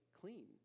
clean